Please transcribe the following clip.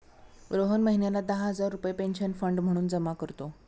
रोहन महिन्याला दहा हजार रुपये पेन्शन फंड म्हणून जमा करतो